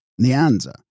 Nianza